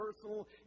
personal